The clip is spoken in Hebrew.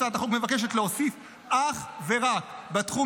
הצעת החוק מבקשת להוסיף אך ורק בתחום